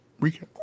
Recap